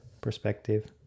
perspective